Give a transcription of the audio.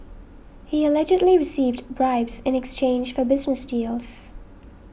he allegedly received bribes in exchange for business deals